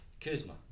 Kuzma